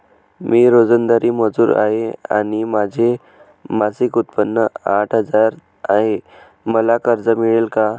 मी रोजंदारी मजूर आहे आणि माझे मासिक उत्त्पन्न आठ हजार आहे, मला कर्ज मिळेल का?